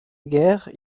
guerre